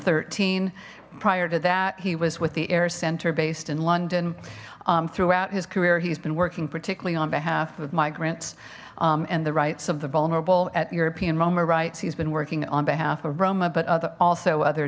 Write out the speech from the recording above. thirteen prior to that he was with the air center based in london throughout his career he's been working particularly on behalf of migrants and the rights of the vulnerable at european roma rights he's been working on behalf of but other also other